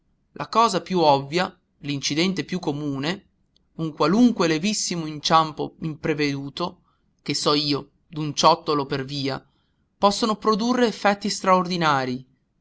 la cosa più ovvia l'incidente più comune un qualunque lievissimo inciampo impreveduto che so io d'un ciottolo per via possono produrre effetti straordinarii